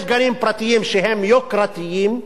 יש גנים פרטיים שהם יוקרתיים,